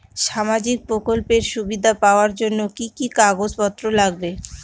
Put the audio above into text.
সামাজিক প্রকল্পের সুবিধা পাওয়ার জন্য কি কি কাগজ পত্র লাগবে?